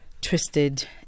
twisted